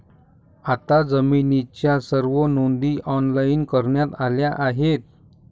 आता जमिनीच्या सर्व नोंदी ऑनलाइन करण्यात आल्या आहेत